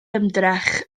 ymdrech